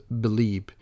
believe